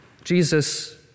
Jesus